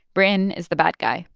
britain is the bad guy.